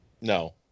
No